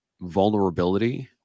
vulnerability